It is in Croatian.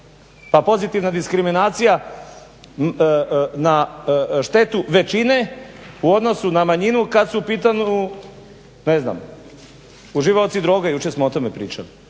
A pozitivna diskriminacija na štetu većine u odnosu na manjinu kad su u pitanju ne znam uživaoci droge. Jučer smo o tome pričali.